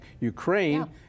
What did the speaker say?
Ukraine